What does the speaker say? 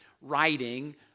writing